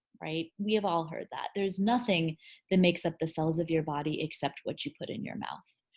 right? we have all heard that. there's nothing that makes up the cells of your body except what you put in your mouth.